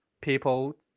People